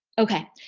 okay,